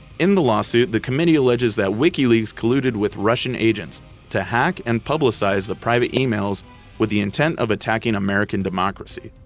in the lawsuit, the committee alleges that wikileaks colluded with russian agents to hack and publicize the private emails with the intent of attacking attacking american democracy.